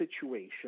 situation